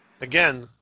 again